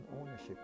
ownership